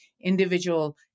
individual